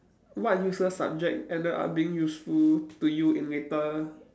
what useless subject ended up being useful to you in later